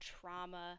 trauma